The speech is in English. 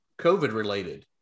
COVID-related